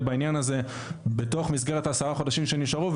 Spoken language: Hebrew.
בעניין הזה בתוך מסגרת ה-10 חודשים שנשארו,